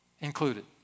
included